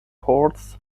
ports